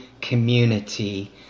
community